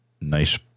nice